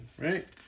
right